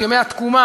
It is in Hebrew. את ימי התקומה,